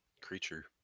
creature